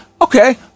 okay